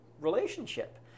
relationship